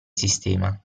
sistema